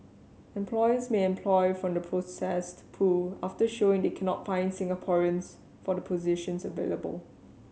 employers may employ from the processed pool after showing they cannot find Singaporeans for the positions available